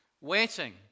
waiting